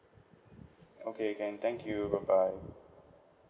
okay can thank you bye bye